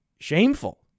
Shameful